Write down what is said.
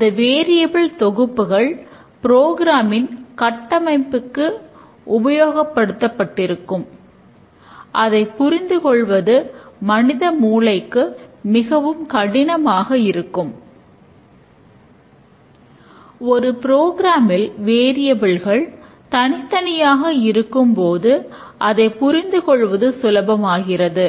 செய்கிறது மற்றும் தரவுகளை வெளியீடாகக் கொடுக்கிறது